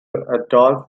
adolf